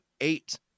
eight